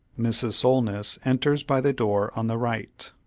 mrs. solness enters by the door on the right.